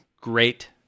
great